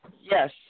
Yes